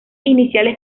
iniciales